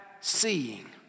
seeing